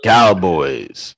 Cowboys